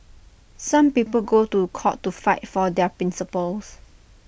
some people go to court to fight for their principles